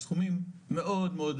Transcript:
סכומים מאוד מאוד